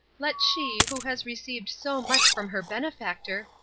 let she, who has received so much from her benefactor,